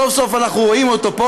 סוף-סוף אנחנו רואים אותו פה,